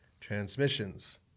transmissions